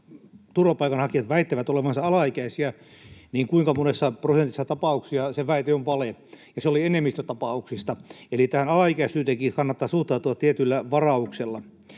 turvapaikanhakijat väittävät olevansa alaikäisiä, kuinka monessa prosentissa tapauksia se väite on vale, ja se oli enemmistö tapauksista. Eli tähän alaikäisyyteenkin kannattaa suhtautua tietyllä varauksella.